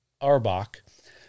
Arbach